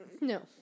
no